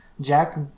Jack